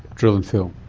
drill and fill.